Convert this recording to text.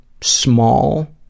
small